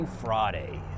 Friday